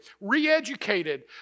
re-educated